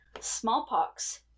smallpox